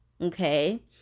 okay